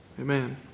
Amen